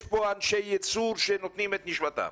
יש כאן אנשי ייצור שנותנים את נשמתם.